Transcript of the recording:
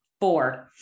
four